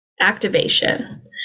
activation